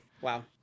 Wow